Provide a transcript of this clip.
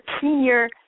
senior